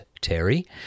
Terry